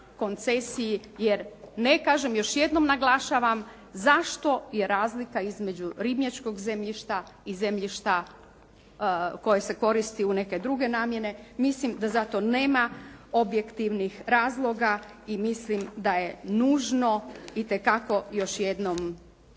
koncesiji. Jer ne kažem još jednom naglašavam zašto je razlika između ribnjačkog zemljišta i zemljišta koje se koristi u neke druge namjene. Mislim da za to nema objektivnih razloga i mislim da je nužno itekako još jednom